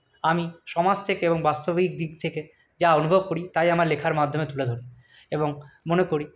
আমি সমাজ থেকে এবং বাস্তবিক দিক থেকে যা অনুভব করি তাই আমার লেখার মাধ্যমে তুলে ধরি এবং মনে করি